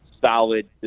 solid